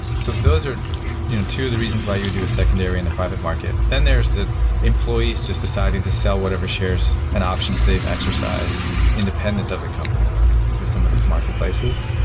so those are you know two of the reasons why you would do a secondary in the private market. then there's the employees just deciding to sell whatever shares and options they've exercised independent of the company through some of these marketplaces,